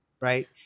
right